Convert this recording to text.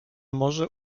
może